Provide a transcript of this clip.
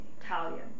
Italian